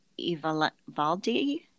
Ivaldi